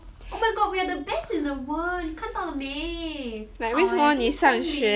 oh my god we are the best in the world 你看到了没好 eh 这么聪明